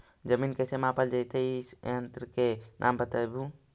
जमीन कैसे मापल जयतय इस यन्त्र के नाम बतयबु?